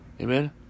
Amen